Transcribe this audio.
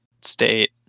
state